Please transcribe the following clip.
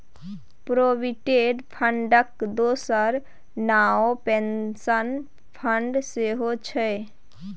provident फंडक दोसर नाओ पेंशन फंड सेहौ छै